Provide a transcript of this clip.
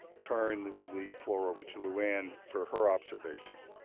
turn the floor over to luann for her observations.